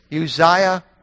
Uzziah